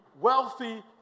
wealthy